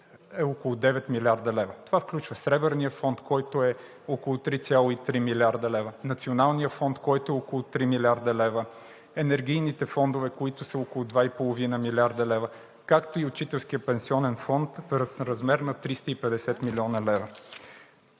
е около 9 млрд. лв. Това включва: Сребърния фонд, който е около 3,3 млрд. лв.; Националния фонд, който е около 3 млрд. лв.; енергийните фондове, които са около 2,5 млрд. лв., както и Учителския пенсионен фонд в размер на 350 млн. лв.